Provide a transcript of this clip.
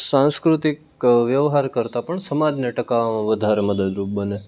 સાંસ્કૃતિક વ્યવહાર કરતા પણ સમાજને ટકાવવા માટે વધારે મદદરૂપ બને